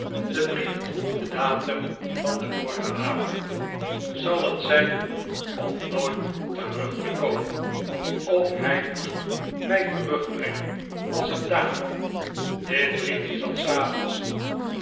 de brief droeg den datum van den vorigen avond zal het zijn om nooit terug te komen of hij moest mij terugbrengen als een dame dit briefje zal s avonds